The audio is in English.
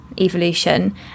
evolution